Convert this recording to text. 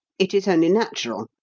it is only natural.